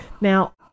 Now